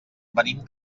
venim